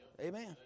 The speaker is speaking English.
Amen